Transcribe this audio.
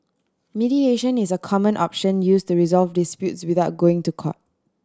mediation is a common option use to resolve disputes without going to court